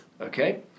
Okay